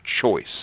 choice